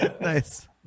nice